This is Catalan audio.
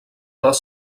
les